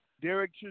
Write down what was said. Derek